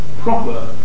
proper